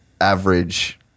average